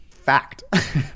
Fact